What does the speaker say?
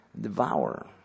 devour